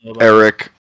Eric